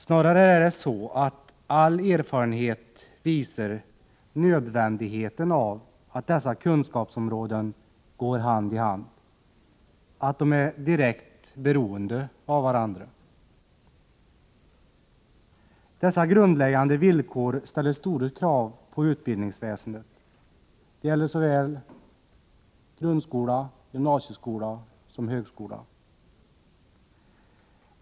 Snarare är det så att all erfarenhet visar nödvändigheten av att dessa kunskapsområden går hand i hand, att de är direkt beroende av varandra. Dessa grundläggande villkor ställer stora krav på utbildningsväsendet. Det gäller såväl grundskola, gymnasieskola som högskola.